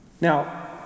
Now